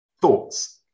thoughts